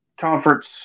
conference